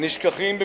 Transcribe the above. נשכחים במכוניות,